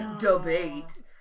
debate